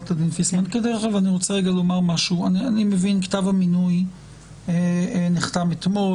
כתב המינוי נחתם אתמול,